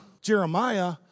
Jeremiah